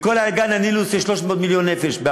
בכל אגן הנילוס באפריקה יש 300 מיליון נפש.